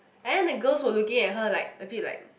and then the girls were looking at her like a bit like